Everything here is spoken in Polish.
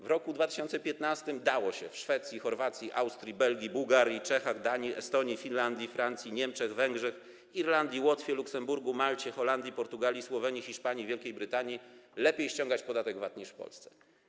W roku 2015 dało się w Szwecji, Chorwacji, Austrii, Belgii, Bułgarii, Czechach, Danii, Estonii, Finlandii, Francji, Niemczech, Węgrzech, Irlandii, Łotwie, Luksemburgu, Malcie, Holandii, Portugalii, Słowenii, Hiszpanii, Wielkiej Brytanii lepiej ściągać podatek VAT niż w Polsce.